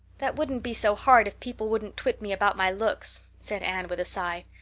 that wouldn't be so hard if people wouldn't twit me about my looks, said anne with a sigh.